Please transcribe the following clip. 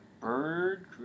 bird